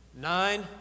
Nine